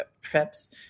trips